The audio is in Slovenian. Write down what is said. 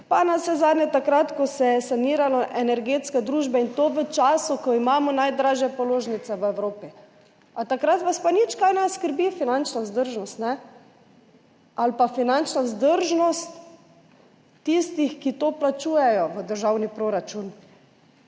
pa navsezadnje takrat, ko se je saniralo energetske družbe, in to v času, ko imamo najdražje položnice v Evropi? A takrat vas pa nič kaj ni skrbela finančna vzdržnost ali pa finančna vzdržnost tistih, ki to plačujejo v državni proračun?